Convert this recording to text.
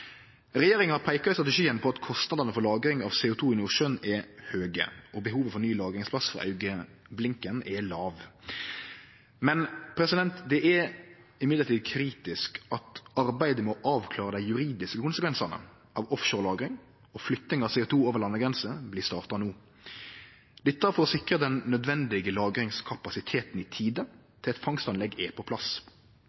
Regjeringa peikar i strategien på at kostnadane for lagring av CO2 i Nordsjøen er høge, og behovet for ny lagringsplass er for augneblinken lågt. Men det er likevel kritisk at arbeidet med å avklare dei juridiske konsekvensane av offshorelagring og flytting av CO2 over landegrensene blir starta no, dette for å sikre den nødvendige lagringskapasiteten i tide